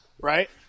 right